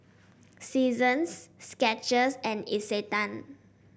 Seasons Skechers and Isetan